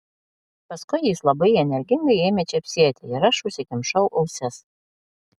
paskui jis labai energingai ėmė čepsėti ir aš užsikimšau ausis